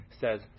says